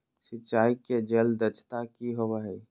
सिंचाई के जल दक्षता कि होवय हैय?